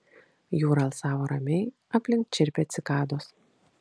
jūra alsavo ramiai aplink čirpė cikados